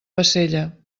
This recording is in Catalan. bassella